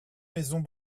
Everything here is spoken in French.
maisons